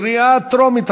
קריאה טרומית.